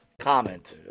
comment